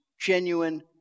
genuine